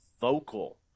vocal